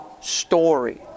story